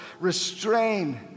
restrain